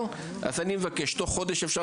אני מבקש שתעבירו אלינו את זה תוך חודש.